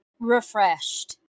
refreshed